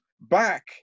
back